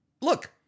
look